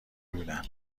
بودن